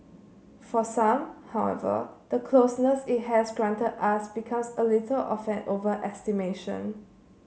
for some however the closeness it has granted us becomes a little of an overestimation